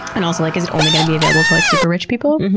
and also, like is it only going to be available to like super rich people?